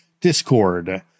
discord